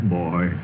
boy